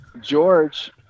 George